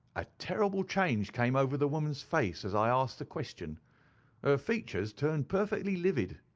a terrible change came over the woman's face as i asked the question. her features turned perfectly livid.